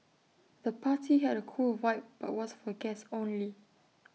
the party had A cool vibe but was for guests only